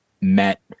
met